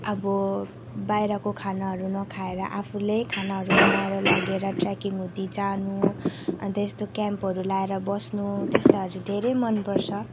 अब बाहिरको खानाहरू नखाएर आफुले खानाहरू बनाएर लगेर ट्रेकिङ हुँदी जानु अन्त यस्तो क्याम्पहरू लगाएर बस्नु त्यस्ताहरू धेरै मनपर्छ